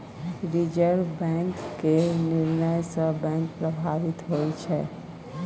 reserve bank केर निर्णय सँ बैंक प्रभावित होइ छै